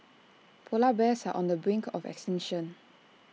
Polar Bears are on the brink of extinction